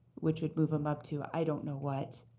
which would move him up to i don't know what,